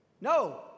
No